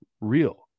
real